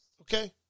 okay